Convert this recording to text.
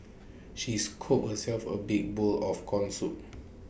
she scooped herself A big bowl of Corn Soup